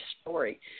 story